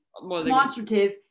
demonstrative